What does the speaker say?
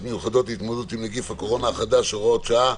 מיוחדות להתמודדות עם נגיף הקורונה החדש (הוראת שעה)